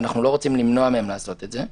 ואנחנו לא רוצים למנוע מהם לעשות את זה.